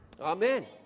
Amen